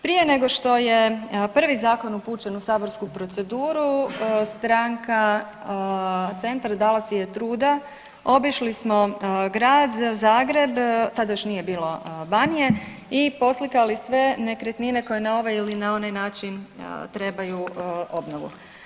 Prije nego što je prvi zakon upućen u saborsku proceduru stranka Centar dala si je truda, obišli smo grad Zagreb, tad još nije bilo Banije i poslikali sve nekretnine koje na ovaj ili na onaj način trebaju obnovu.